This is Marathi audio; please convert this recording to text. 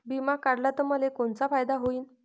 बिमा काढला त मले कोनचा फायदा होईन?